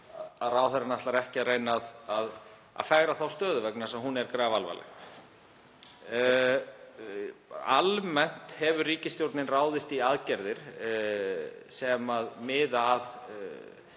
Ráðherra ætlar ekki að reyna að fegra þá stöðu vegna þess að hún er grafalvarleg. Almennt hefur ríkisstjórnin ráðist í aðgerðir sem miða að